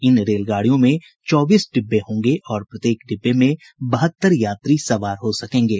इन रेलगाडियों में चौबीस डिब्बे होंगे और प्रत्येक डिब्बे में बहत्तर यात्री सवार हो सकेंगे